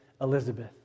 Elizabeth